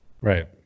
Right